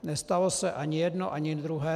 Nestalo se ani jedno ani druhé.